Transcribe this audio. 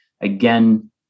Again